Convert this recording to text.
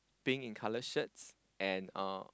pink in color shirt and a